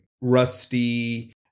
rusty